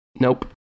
nope